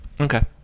Okay